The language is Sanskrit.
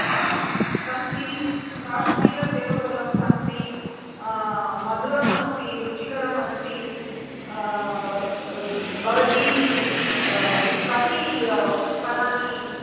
हा सन्ति काश्मीरसेवफलं सन्ति मधुरम् अस्ति रुचिकरम् अस्ति भवती कति फलानि